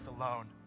alone